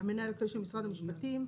המנהל הכללי של משרד המשפטים,